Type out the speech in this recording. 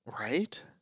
Right